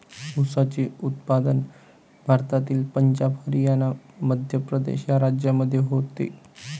ऊसाचे उत्पादन भारतातील पंजाब हरियाणा मध्य प्रदेश या राज्यांमध्ये होते